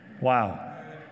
Wow